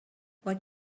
what